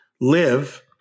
live